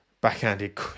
Backhanded